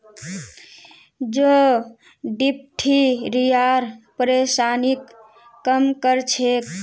जौ डिप्थिरियार परेशानीक कम कर छेक